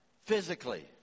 physically